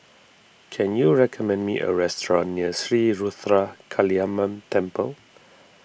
can you recommend me a restaurant near Sri Ruthra Kaliamman Temple